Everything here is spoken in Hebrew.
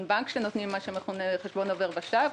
בנק כשנותנים מה שמכונה חשבון עובר ושב,